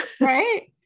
Right